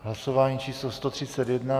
Hlasování číslo 131.